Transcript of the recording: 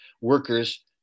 workers